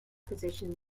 position